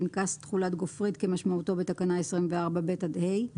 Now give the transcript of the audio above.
פנקס תכולת גופרית כמשמעותו בתקנה 24(ב) עד (ה);